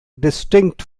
distinct